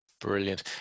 Brilliant